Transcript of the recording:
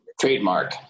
Trademark